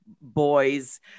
boys